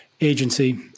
agency